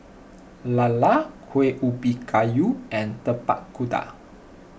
Lala Kueh Ubi Kayu and Tapak Kuda